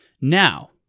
Now